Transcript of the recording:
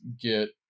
get